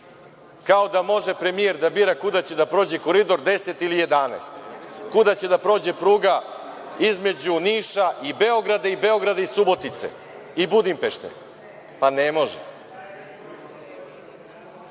Kao da može premijer da bira kuda će da prođe Koridor 10 ili 11, kuda će da prođe pruga između Niša i Beograda, i Beograda i Subotice i Budimpešte. Pa ne može.